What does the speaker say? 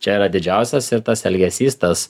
čia yra didžiausias ir tas elgesys tas